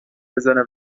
بزنه